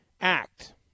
act